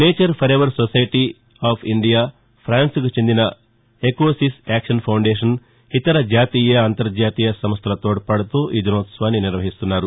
nature forever society of India ఫ్రాన్స్కు చెందిన eco sys action foundation ఇతర జాతీయ అంతర్జాతీయ సంస్టల తోడ్పాటుతో ఈ దినోత్సవాన్ని నిర్వహిస్తున్నారు